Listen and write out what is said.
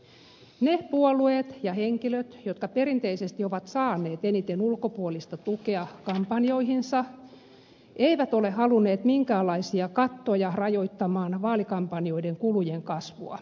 ne puolueet ja henkilöt jotka perinteisesti ovat saaneet eniten ulkopuolista tukea kampanjoihinsa eivät ole halunneet minkäänlaisia kattoja rajoittamaan vaalikampanjoiden kulujen kasvua